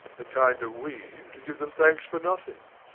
the kinder we, to give them thanks for nothing.